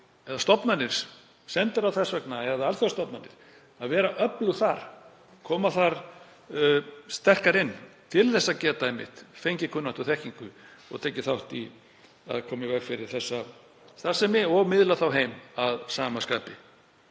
eða stofnanir, sendiráð þess vegna, eða alþjóðastofnanir, við þurfum að vera öflug þar, koma þar sterkar inn til að geta fengið kunnáttu og þekkingu og tekið þátt í að koma í veg fyrir þessa starfsemi og miðla því þá heim að sama skapi.